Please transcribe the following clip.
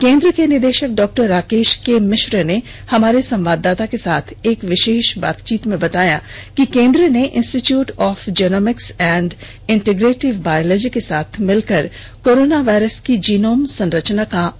केंद्र के निदेशक डॉ राकेश के मिश्र ने हमारे संवाददाता के साथ एक विशेष बातचीत में बताया कि केंद्र ने institute of genomics and integrative biology के साथ मिलकर कोरोना वायरस की जीनोम संरचना का अध्ययन शुरू किया है